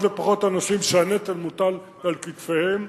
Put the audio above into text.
ופחות אנשים שהנטל מוטל על כתפיהם,